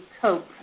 cope